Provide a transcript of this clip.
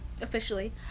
officially